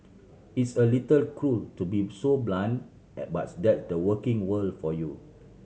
it's a little cruel to be so blunt bus that's the working world for you